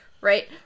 Right